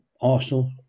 Arsenal